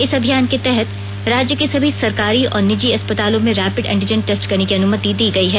इस अभियान के तहत राज्य के सभी सरकारी और निजी अस्पतालों में रैपिड एंटीजन टेस्ट करने की अनुमति दी गयी है